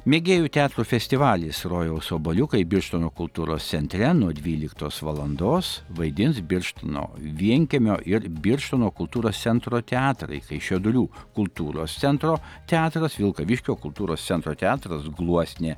mėgėjų teatro festivalis rojaus obuoliukai birštono kultūros centre nuo dvyliktos valandos vaidins birštono vienkiemio ir birštono kultūros centro teatrai kaišiadorių kultūros centro teatras vilkaviškio kultūros centro teatras gluosnė